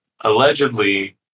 allegedly